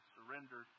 Surrender